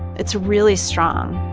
it's really strong